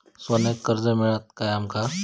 सोन्याक कर्ज मिळात काय आमका?